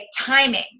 timing